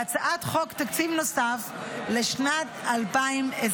והצעת חוק תקציב נוסף לשנת 2024"